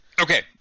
Okay